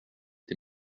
des